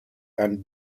and